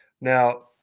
Now